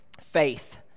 faith